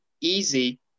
easy